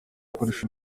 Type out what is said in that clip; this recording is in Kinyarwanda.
akoresha